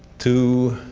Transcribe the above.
to